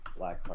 Blackheart